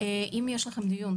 אם יש לכם דיון,